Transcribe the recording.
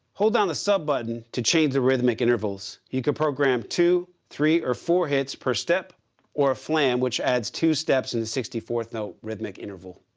hold down the sub button to chain the rhythmic intervals. you could program two, three or four hits per step or flam, which adds two steps in a sixty fourth note rhythmic interval.